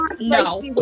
no